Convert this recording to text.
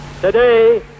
Today